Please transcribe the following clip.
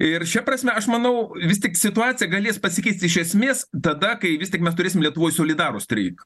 ir šia prasme aš manau vis tik situacija galės pasikeisti iš esmės tada kai vis tik mes turėsim lietuvoje solidarų streik